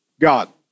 God